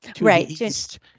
Right